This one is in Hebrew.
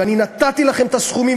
ואני נתתי לכם את הסכומים,